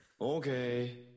Okay